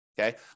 okay